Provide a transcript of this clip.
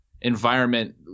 environment